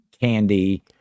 candy